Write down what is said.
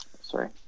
Sorry